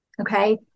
Okay